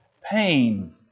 Pain